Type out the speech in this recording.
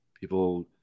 people